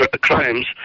crimes